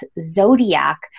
zodiac